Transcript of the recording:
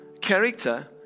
character